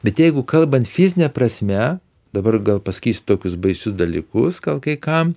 bet jeigu kalbant fizine prasme dabar gal pasakysiu tokius baisius dalykus gal kai kam